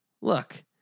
Look